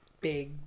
big